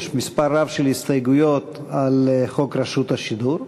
יש מספר רב של הסתייגויות לחוק רשות השידור.